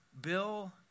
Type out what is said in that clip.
Bill